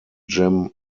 jim